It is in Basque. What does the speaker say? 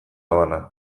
bana